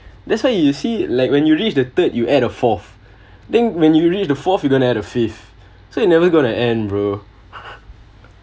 that's why you see like when you reach the third you add a fourth then when you reach the forth you gonna to add a fifth so you're never gonna to end bro